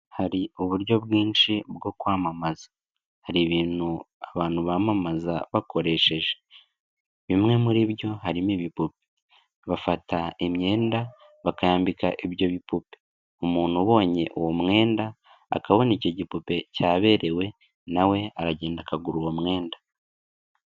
Hari uburyo bwinshi bwo kwamamaza, hari ibintu abantu bamamaza bakoresheje, bimwe muri byo harimo ibipope, bafata imyenda bakayambika ibyo bipope, umuntu ubonye uwo mwenda, akabona icyo gipupe cyaberewe, na we aragenda akagura uwo mwenda.